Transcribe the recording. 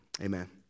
Amen